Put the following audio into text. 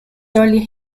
early